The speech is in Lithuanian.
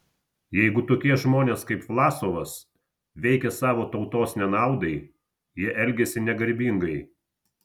jeigu tokie žmonės kaip vlasovas veikia savo tautos nenaudai jie elgiasi negarbingai